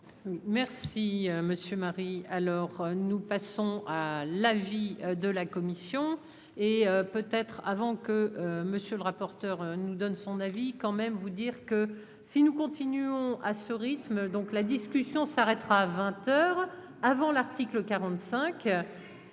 monsieur Marie alors, nous passons à l'avis de la commission et peut être avant que monsieur le rapporteur, nous donne son avis quand même vous dire que. Si nous continuons à ce rythme, donc la discussion s'arrêtera à 20 heures avant l'article 45